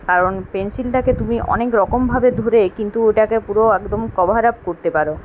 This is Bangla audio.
কারণ পেন্সিলটাকে তুমি অনেক রকমভাবে ধরে কিন্তু ওটাকে পুরো একদম কভার আপ করতে পারো